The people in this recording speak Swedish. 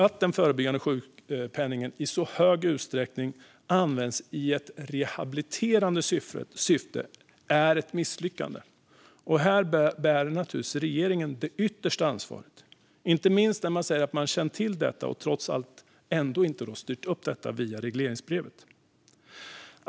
Att den förebyggande sjukpenningen i så stor utsträckning används i rehabiliterande syfte är ett misslyckande, och här bär regeringen det yttersta ansvaret, inte minst när man säger att man känt till detta och trots det inte styrt upp det via regleringsbrevet.